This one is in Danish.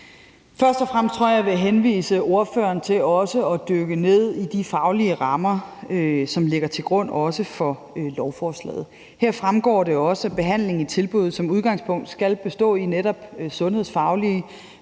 Først og fremmest tror jeg, jeg vil henvise spørgeren til at dykke ned i de faglige rammer, som ligger til grund for lovforslaget. Her fremgår det også, at behandlingen i tilbuddet, som udgangspunkt skal bestå i netop sundhedsfagligt